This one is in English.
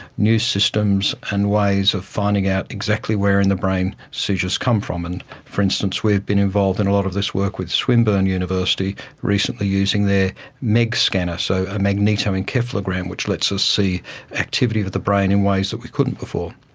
new systems and ways of finding out exactly where in the brain seizures come from. and for instance, we have been involved in a lot of this work with swinburne university recently using their meg scanner, so a magneto-encephalogram which lets us see activity of the brain in ways that we couldn't before.